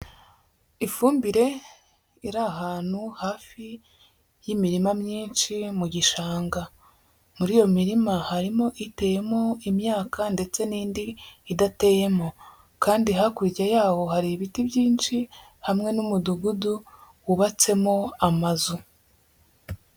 Ifumbire iri ahantu hafi y'imirima myinshi mu gishanga, muri iyo mirima harimo iteyemo imyaka ndetse n'indi idateyemo kandi hakurya yaho hari ibiti byinshi, hamwe n'umudugudu wubatsemo amazu.